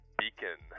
beacon